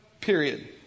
period